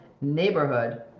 neighborhood